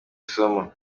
isomo